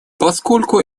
поскольку